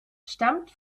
stammt